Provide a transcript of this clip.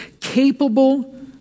capable